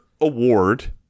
award